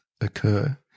occur